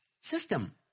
system